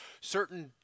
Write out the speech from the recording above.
certain –